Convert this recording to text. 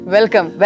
Welcome